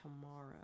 tomorrow